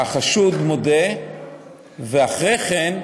שהחשוד מודה ואחרי כן,